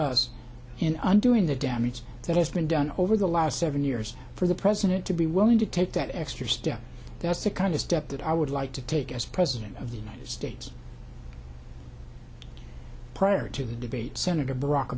underling the damage that has been done over the last seven years for the president to be willing to take that extra step that's the kind of step that i would like to take as president of the united states prior to the debate senator barack